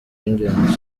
w’ingenzi